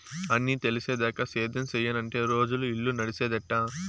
అన్నీ తెలిసేదాకా సేద్యం సెయ్యనంటే రోజులు, ఇల్లు నడిసేదెట్టా